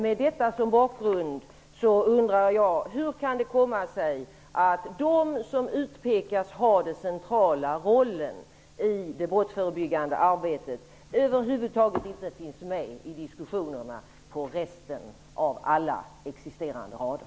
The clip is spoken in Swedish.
Med detta som bakgrund undrar jag hur det kan komma sig att de som utpekas ha den centrala rollen i det brottsförebyggande arbetet över huvud taget inte finns med i diskussionerna på resten av alla existerande rader.